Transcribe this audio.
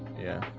yeah,